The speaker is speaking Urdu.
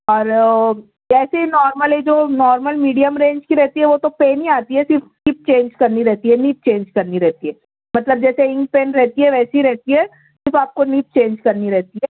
اور ایسے ہی نارمل ہے جو نارمل میڈیم رینج کی رہتی ہے وہ تو پین ہی آتی ہے صرف نیب چینج کرنی رہتی ہے نیب چینج کرنی رہتی ہے مطلب جیسے انک پین رہتی ہے ویسی رہتی ہے صرف آپ کو نیب چینج کرنی رہتی ہے